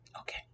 Okay